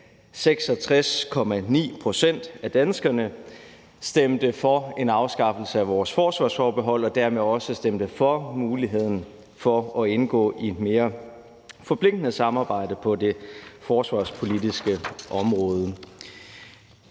66,9 pct. af danskerne, stemte for en afskaffelse af vores forsvarsforbehold og dermed også stemte for muligheden for at indgå i et mere forpligtende samarbejde på det forsvarspolitiske område.